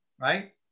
Right